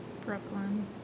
Brooklyn